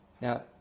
Now